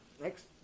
Next